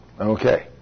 Okay